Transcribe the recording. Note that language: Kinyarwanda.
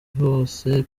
kose